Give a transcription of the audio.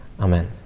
Amen